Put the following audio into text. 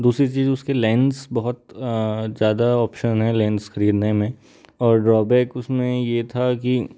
दूसरी चीज़ उसके लेंस बहुत ज़्यादा ऑप्शन है लेंस ख़रीदने में और ड्रॉबैक उसमें यह था कि